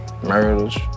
murders